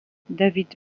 david